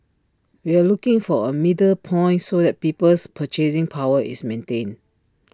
we are looking for A middle point so that people's purchasing power is maintained